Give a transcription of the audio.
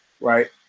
right